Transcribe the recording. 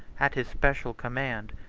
at his special command,